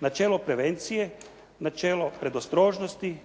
načelo prevencije, načelo predostrožnosti,